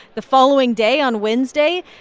the following day on wednesday,